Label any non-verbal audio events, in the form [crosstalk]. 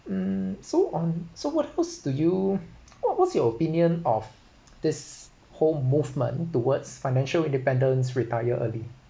mm so on so what else do you [noise] what what's your opinion of this whole movement towards financial independence retire early